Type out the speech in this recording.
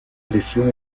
lesión